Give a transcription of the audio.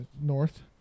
north